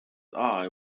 eye